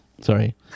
Sorry